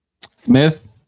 smith